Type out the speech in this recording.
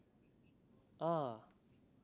ah